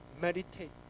Meditate